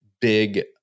big